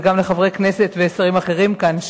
וגם לחברי כנסת ושרים אחרים כאן,